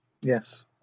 Yes